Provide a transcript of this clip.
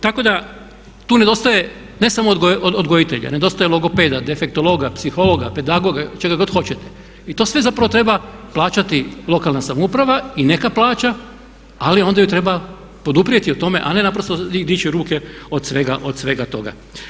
Tako da tu nedostaje, ne samo odgojitelja, nedostaje logopeda, defektologa, psihologa, pedagoga, čega god hoćete i to sve zapravo treba plaćati lokalna samouprava i neka plaća ali onda ju treba poduprijeti u tome a ne naprosto dići ruke od svega toga.